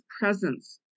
presence